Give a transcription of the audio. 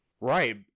Right